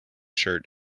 shirt